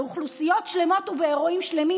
באוכלוסיות שלמות ובאירועים שלמים,